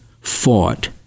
fought